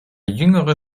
jüngere